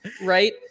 Right